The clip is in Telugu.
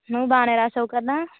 నువ్వు బాగానే రాశావు కదా